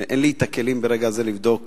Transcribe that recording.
אין לי הכלים ברגע זה לבדוק